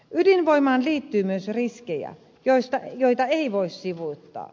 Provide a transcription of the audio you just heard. ydinvoimaan liittyy myös riskejä joita ei voi sivuuttaa